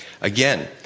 Again